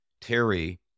Terry